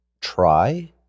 try